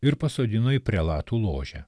ir pasodino į prelatų ložę